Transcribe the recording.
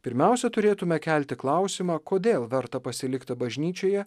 pirmiausia turėtume kelti klausimą kodėl verta pasilikti bažnyčioje